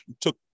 took